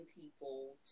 people